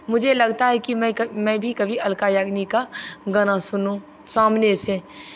मुझे लगता है कि मैं मैं भी कभी अलका याग्निक का गाना सुनूं सामने से